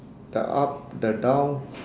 the up the down